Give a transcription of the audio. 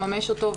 לממש אותו,